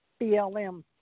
BLM